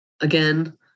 Again